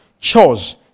chose